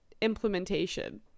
implementation